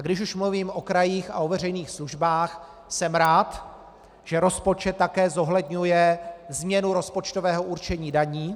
Když už mluvím o krajích a o veřejných službách, jsem rád, že rozpočet také zohledňuje změnu rozpočtového určení daní.